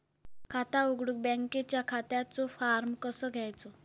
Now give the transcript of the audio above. खाता उघडुक बँकेच्या खात्याचो फार्म कसो घ्यायचो?